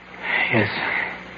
Yes